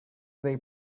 they